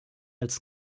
als